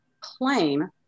claim